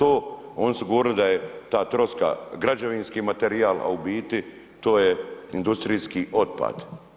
Oni su govorili da je ta troska građevinski materijal, a u biti to je industrijski otpad.